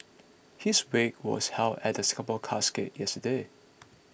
his wake was held at Singapore Casket yesterday